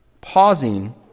pausing